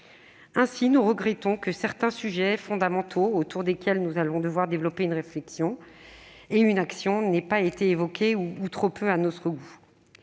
Ainsi, nous regrettons que certains sujets fondamentaux, autour desquels nous allons devoir développer une réflexion et une action, n'aient pas été évoqués ou l'aient été